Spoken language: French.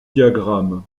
diagrammes